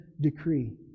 decree